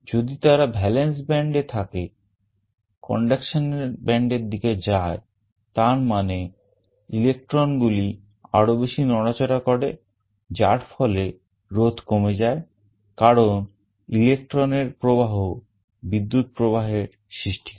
যদি তারা valence band থেকে conduction band এর দিকে যায় তার মানে electronগুলি আরো বেশি নড়াচড়া করে যার ফলে রোধ কমে যায় কারণ electron এর প্রবাহ বিদ্যুৎ প্রবাহের সৃষ্টি করে